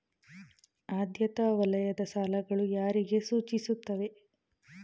ಆದ್ಯತಾ ವಲಯದ ಸಾಲಗಳು ಯಾರಿಗೆ ಸೂಚಿಸುತ್ತವೆ?